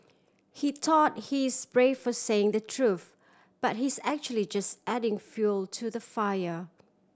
he thought he's brave for saying the truth but he's actually just adding fuel to the fire